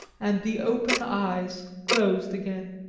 and the open eyes closed again.